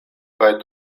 kaj